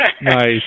Nice